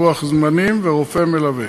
לוח-זמנים ורופא מלווה,